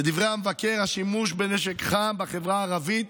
לדברי המבקר, השימוש בנשק חם בחברה הערבית